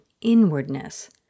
inwardness